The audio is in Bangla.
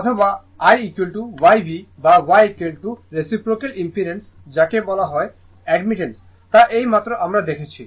অথবা IYV বা Yরেসিপ্রোক্যাল ইমপিড্যান্স যাকে বলা হয় অ্যাডমিটেন্স তা এই মাত্র আমরা দেখেছি